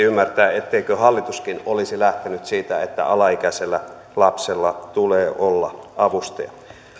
ymmärtää etteikö hallituskin olisi lähtenyt siitä että alaikäisellä lapsella tulee olla avustaja